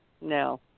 No